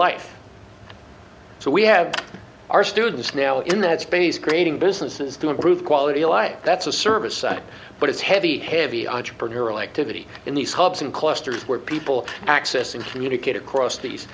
life so we have our students now in that space creating businesses to improve quality of life that's a service but it's heavy heavy entrepreneurial activity in these hubs and clusters where people access and communicate across these